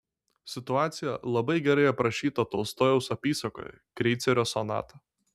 situacija labai gerai aprašyta tolstojaus apysakoje kreicerio sonata